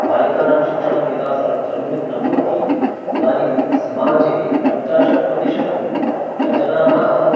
बालिकानां शिक्षणं यदा सर् सम्यक् न भवति तदानीं समाजे पञ्चाशत् प्रतिशतं जनाः